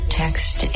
text